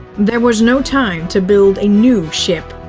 there was no time to build a new ship.